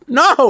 no